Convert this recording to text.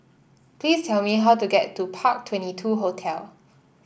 please tell me how to get to Park Twenty two Hotel